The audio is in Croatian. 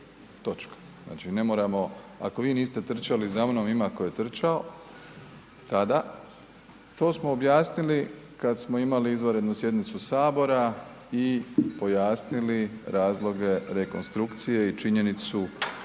Točka. Znači ne moramo, ako vi niste trčali zamnom ima tko je trčao tada. To smo objasnili kada smo imali izvanrednu sjednicu Sabora i pojasnili razloge rekonstrukcije i činjenicu